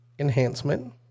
Enhancement